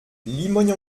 limogne